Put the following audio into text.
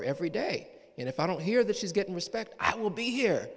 her every day and if i don't hear that she's getting respect i will be here